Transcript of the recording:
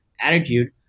attitude